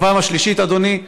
והשלישית, אדוני: